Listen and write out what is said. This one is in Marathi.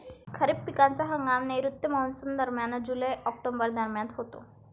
खरीप पिकांचा हंगाम नैऋत्य मॉन्सूनदरम्यान जुलै ऑक्टोबर दरम्यान होतो